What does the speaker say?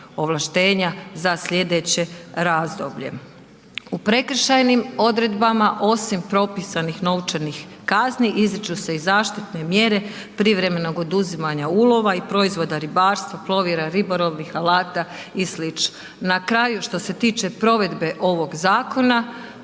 ovlaštenja za sljedeće razdoblje. U prekršajnim odredbama osim propisanih novčanih kazni izriču se i zaštitne mjere privremenog oduzimanja ulova i proizvoda ribarstva, plovila, ribolovnih alata i slično. Na kraju što se tiče provedbe ovog zakona